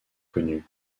connu